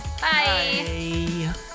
Bye